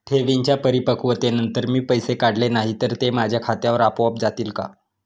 ठेवींच्या परिपक्वतेनंतर मी पैसे काढले नाही तर ते माझ्या खात्यावर आपोआप जातील का?